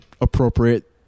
appropriate